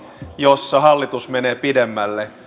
jossa hallitus menee pidemmälle